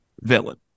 villain